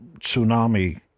tsunami